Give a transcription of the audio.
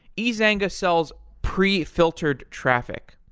ezanga sells pre-filtered traffic.